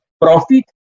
profit